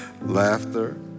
laughter